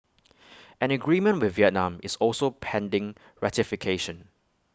an agreement with Vietnam is also pending ratification